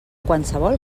qualsevol